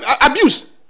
abuse